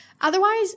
Otherwise